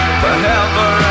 forever